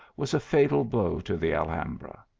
was a fatal blow to the alhambra.